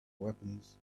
weapons